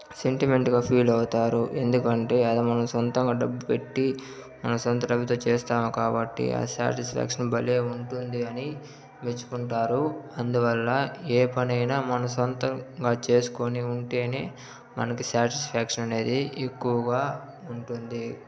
సెంటిమెంటుగా feel అవుతారు ఎందుకంటే అది మనం సొంతంగా డబ్బు పెట్టి మన స్వంత డబ్బుతో చేస్తాము కాబట్టి ఆ సాటిస్ఫాక్షన్ భలే ఉంటుంది అని మెచ్చుకుంటారు అందువల్ల ఏ పనైనా మన సొంతంగా చేసుకొని ఉంటేనే మనకి సాటిస్ఫాక్షన్ అనేది ఎక్కువగా ఉంటుంది